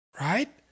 right